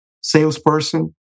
salesperson